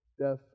death